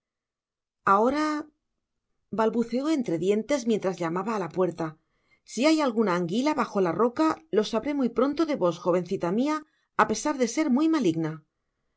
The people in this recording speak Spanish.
ahora balbuceó entre dientes mientras llamaba á la puertasi hay alguna anguila bajo la roca lo sabré muy pronto de vos jovencila mia á pesar de ser muy maligna